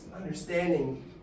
understanding